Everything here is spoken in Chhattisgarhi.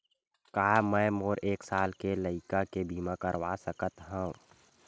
का मै मोर एक साल के लइका के बीमा करवा सकत हव?